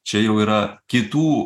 čia jau yra kitų